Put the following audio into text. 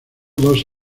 dos